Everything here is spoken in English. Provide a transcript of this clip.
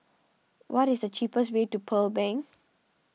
what is the cheapest way to Pearl Bank